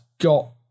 got